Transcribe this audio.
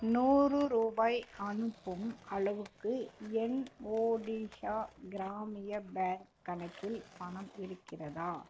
நூறு ரூபாய் அனுப்பும் அளவுக்கு என் ஒடிஷா கிராமிய பேங்க் கணக்கில் பணம் இருக்கிறதா